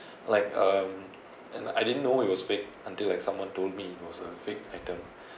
like um and I didn't know it will speak until like someone told me it was a fake item